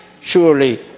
surely